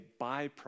byproduct